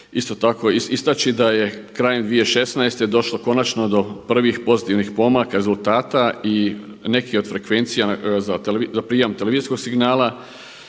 isto tako istaći da je krajem 2016. došlo konačno do prvih pozitivnih pomaka rezultata i neki od frekvencija za prijam televizijskog signala